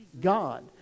God